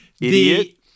Idiot